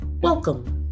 Welcome